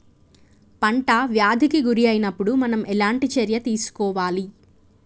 పంట వ్యాధి కి గురి అయినపుడు మనం ఎలాంటి చర్య తీసుకోవాలి?